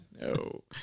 no